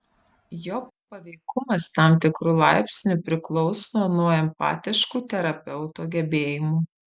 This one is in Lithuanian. jo paveikumas tam tikru laipsniu priklauso nuo empatiškų terapeuto gebėjimų